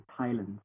Thailand